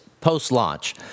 post-launch